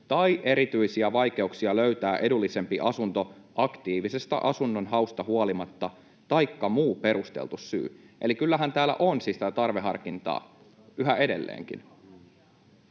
tai erityisiä vaikeuksia löytää edullisempi asunto aktiivisesta asunnonhausta huolimatta taikka muu perusteltu syy.” Eli kyllähän täällä on siis tätä tarveharkintaa yhä edelleenkin.